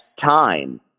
time